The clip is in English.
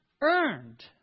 earned